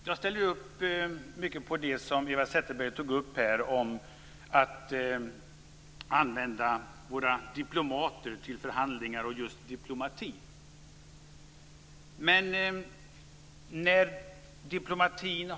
Jag ställer upp på mycket av det som Eva Zetterberg i Irakfrågan sade om att använda våra diplomater till förhandlingar, om att alltså använda sig av diplomatin.